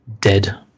dead